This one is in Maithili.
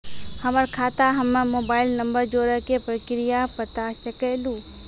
हमर खाता हम्मे मोबाइल नंबर जोड़े के प्रक्रिया बता सकें लू?